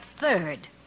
third